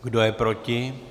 Kdo je proti?